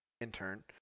intern